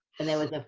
and there was